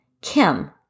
Kim